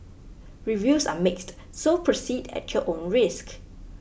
reviews are mixed so proceed at your own risk